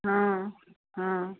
हँ हँ